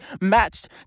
matched